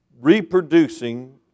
Reproducing